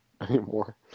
anymore